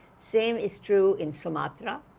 same is true in sumatra.